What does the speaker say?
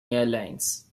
airlines